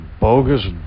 bogus